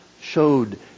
showed